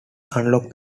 unlock